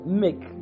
make